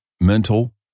mental